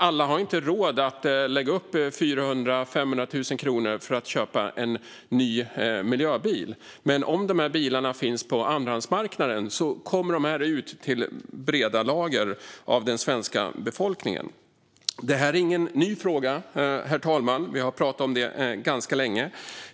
Alla har inte råd att lägga upp 400 000-500 000 kronor för att köpa en ny miljöbil. Om dessa bilar finns på andrahandsmarknaden kommer de ut till breda lager av den svenska befolkningen. Herr talman! Det här är ingen ny fråga. Vi har diskuterat den ganska länge.